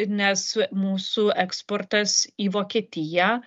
nes mūsų eksportas į vokietiją